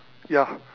ya